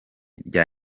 rya